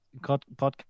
podcast